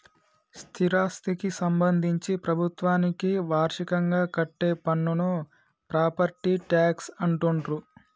స్థిరాస్థికి సంబంధించి ప్రభుత్వానికి వార్షికంగా కట్టే పన్నును ప్రాపర్టీ ట్యాక్స్ అంటుండ్రు